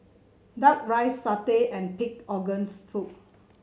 duck rice satay and pig organs soup